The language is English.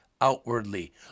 outwardly